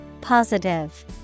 Positive